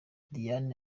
diane